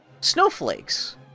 snowflakes